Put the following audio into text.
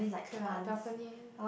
okay lah balcony